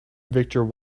victor